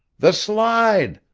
the slide!